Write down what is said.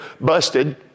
busted